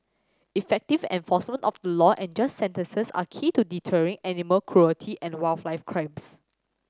effective enforcement of the law and just sentences are key to deterring animal cruelty and wildlife